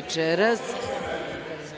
i